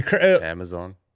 Amazon